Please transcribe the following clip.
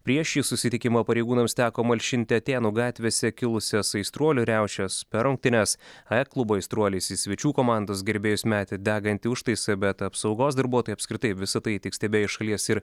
prieš šį susitikimą pareigūnams teko malšinti atėnų gatvėse kilusias aistruolių riaušes per rungtynes e klubo aistruolis į svečių komandos gerbėjus metė degantį užtaisą bet apsaugos darbuotojai apskritai visa tai tik stebėjo iš šalies ir